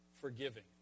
forgiving